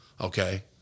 okay